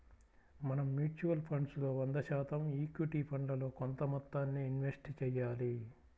మనం mutual funds లో వంద శాతం ఈక్విటీ ఫండ్లలో కొంత మొత్తాన్నే ఇన్వెస్ట్ చెయ్యాలి